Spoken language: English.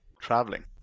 traveling